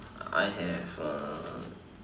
I have a